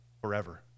forever